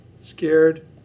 scared